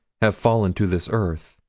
have fallen to this earth.